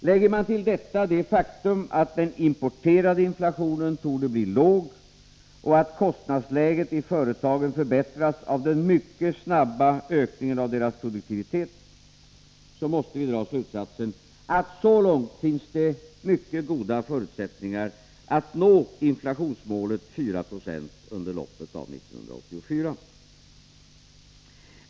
Lägger man till detta det faktum att den importerade inflationen torde bli låg och att kostnadsläget i företagen förbättras av den mycket snabba ökningen av deras produktivitet måste vi dra slutsatsen att det finns mycket goda förutsättningar att nå inflationsmålet 4 76 under loppet av 1984.